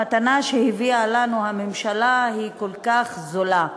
המתנה שהביאה לנו הממשלה היא כל כך זולה.